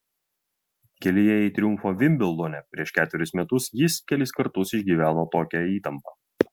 kelyje į triumfą vimbldone prieš ketverius metus jis kelis kartus išgyveno tokią įtampą